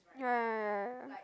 ya